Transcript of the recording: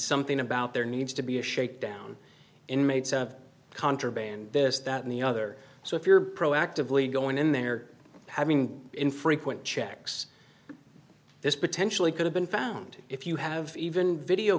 something about there needs to be a shakedown inmates of contraband this that and the other so if you're proactively going in there having infrequent checks this potentially could have been found if you have even video